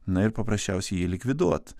na ir paprasčiausiai jį likviduot